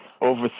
over